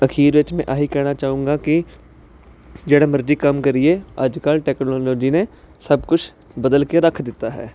ਅਖੀਰ ਵਿੱਚ ਮੈਂ ਆਹੀ ਕਹਿਣਾ ਚਾਹੂੰਗਾ ਕਿ ਜਿਹੜਾ ਮਰਜ਼ੀ ਕੰਮ ਕਰੀਏ ਅੱਜ ਕੱਲ੍ਹ ਟੈਕਨੋਲੋਜੀ ਨੇ ਸਭ ਕੁਝ ਬਦਲ ਕੇ ਰੱਖ ਦਿੱਤਾ ਹੈ